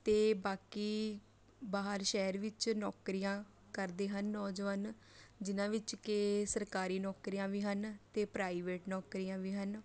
ਅਤੇ ਬਾਕੀ ਬਾਹਰ ਸ਼ਹਿਰ ਵਿੱਚ ਨੌਕਰੀਆਂ ਕਰਦੇ ਹਨ ਨੌਜਵਾਨ ਜਿਨ੍ਹਾਂ ਵਿੱਚ ਕਿ ਸਰਕਾਰੀ ਨੌਕਰੀਆਂ ਵੀ ਹਨ ਅਤੇ ਪ੍ਰਾਈਵੇਟ ਨੌਕਰੀਆਂ ਵੀ ਹਨ